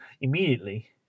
immediately